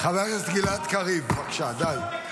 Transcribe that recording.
חבר הכנסת גלעד קריב, בבקשה, די.